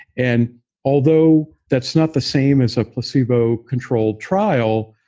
and although that's not the same as a placebo-controlled trial,